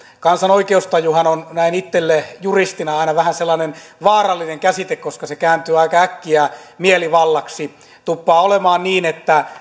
kansan oikeustajuhan on näin itselle juristina aina vähän sellainen vaarallinen käsite koska se kääntyy aika äkkiä mielivallaksi tuppaa olemaan niin että